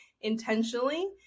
intentionally